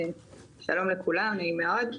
שלום לכולם, נעים מאוד.